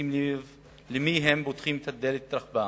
לשים לב למי הם פותחים את דלת רכבם,